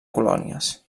colònies